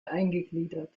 eingegliedert